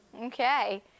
Okay